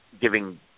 giving